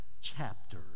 chapter